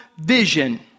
vision